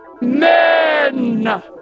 Men